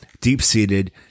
deep-seated